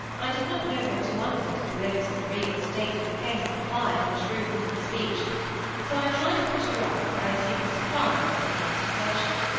i did not know what to answer to the glimpse at the real state of the case implied in the shrewd woman's speech so i tried to put her off by assuming surprise at her first assertion.